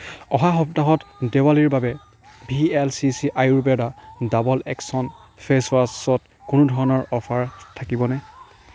অহা সপ্তাহত দেৱালীৰ বাবে V L C C Ayurveda double action face ৱাছত কোনো ধৰণৰ অ'ফাৰ থাকিব নে